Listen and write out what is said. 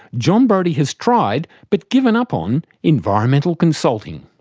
jon brodie has tried, but given up on, environmental consulting.